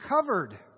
covered